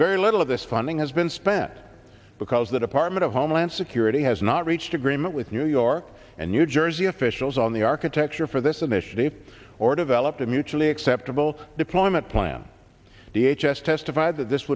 very little of this funding has been spent because the department of homeland security has not reached agreement with new york and new jersey officials on the architecture for this initiative or developed immune fully acceptable deployment plan t h s testified that this